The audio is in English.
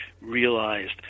realized